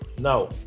Now